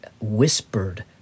whispered